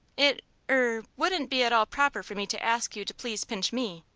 it er, wouldn't be at all proper for me to ask you to please pinch me.